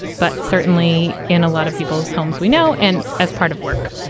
but certainly in a lot of people's homes. we know. and as part of work,